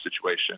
situation